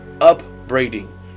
upbraiding